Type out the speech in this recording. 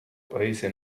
paese